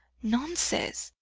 nonsense!